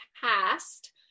past